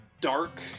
dark